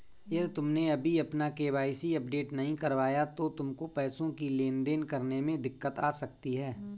यदि तुमने अभी अपना के.वाई.सी अपडेट नहीं करवाया तो तुमको पैसों की लेन देन करने में दिक्कत आ सकती है